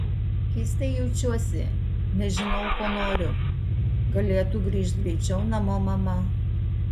keistai jaučiuosi nežinau ko noriu galėtų grįžt greičiau namo mama